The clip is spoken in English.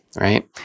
right